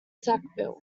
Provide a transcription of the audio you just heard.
sackville